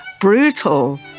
brutal